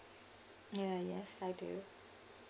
ya yes I do